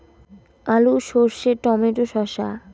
আলু সর্ষে টমেটো শসা